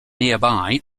nearby